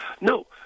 No